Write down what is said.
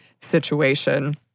situation